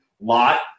lot